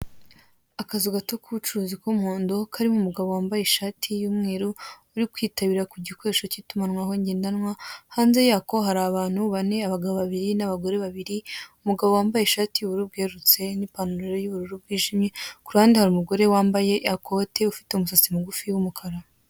Akazu gato k'ubucuruzi k'umuhondo, karimo umugabo wambaye ishati y'umweru, uri kwitabira ku gikoresho cy'itumanaho ngendanwa, hanze yako hari abantu bane, abagabo babiri n'abagore babiri, umugabo wambaye ishati y'ubururu bwerurutse n'ipantaro y'ubururu bwijimye, ku ruhande hari umugore wambaye ikote, ufite umusatsi mugufi w'umukara.